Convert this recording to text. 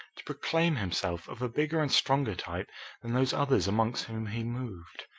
to proclaim himself of a bigger and stronger type than those others amongst whom he moved.